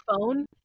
phone